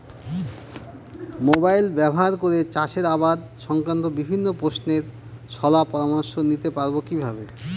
Mobile ব্যাবহার করে চাষের আবাদ সংক্রান্ত বিভিন্ন প্রশ্নের শলা পরামর্শ নিতে পারবো কিভাবে?